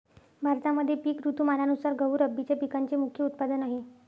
भारतामध्ये पिक ऋतुमानानुसार गहू रब्बीच्या पिकांचे मुख्य उत्पादन आहे